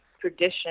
tradition